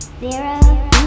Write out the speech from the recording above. Zero